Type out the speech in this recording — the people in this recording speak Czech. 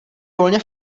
volně